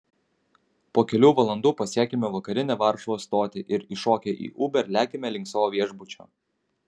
po kelių valandų pasiekiame vakarinę varšuvos stotį ir įšokę į uber lekiame link savo viešbučio